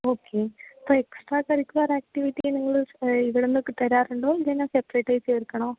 okay അപ്പോൾ extra curricular activity നിങ്ങൾ ഇവിടെ നിന്നൊക്കെ തരാറുണ്ടോ ഇല്ലെങ്കിൽ ഞാൻ സെപ്പറേറ്റ് ആയിട്ട് ചേർക്കണോ